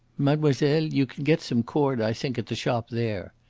mademoiselle, you can get some cord, i think, at the shop there,